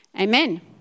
Amen